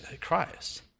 Christ